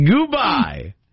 Goodbye